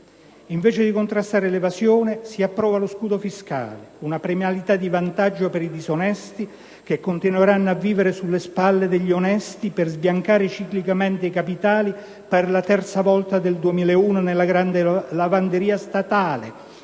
Invece di contrastare l'evasione si approva lo scudo fiscale, una premialità di vantaggio per i disonesti che continueranno a vivere sulle spalle degli onesti, per sbiancare ciclicamente i capitali per la terza volta dal 2001 nella grande lavanderia statale,